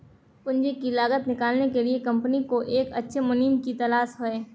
पूंजी की लागत निकालने के लिए कंपनी को एक अच्छे मुनीम की तलाश है